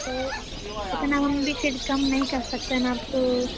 تو اتنا ہم بھی پھر کم نہیں کر سکتے نا آپ کو